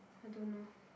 I don't know